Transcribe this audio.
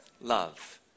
love